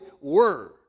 word